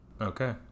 Okay